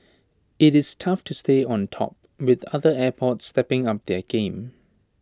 IT is tough to stay on top with other airports stepping up their game